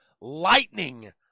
lightning